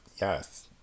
Yes